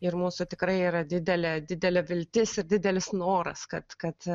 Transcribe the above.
ir mūsų tikrai yra didelė didelė viltis ir didelis noras kad kad